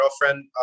girlfriend